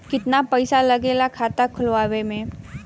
कितना पैसा लागेला खाता खोलवावे में?